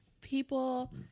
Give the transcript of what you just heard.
People